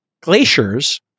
glaciers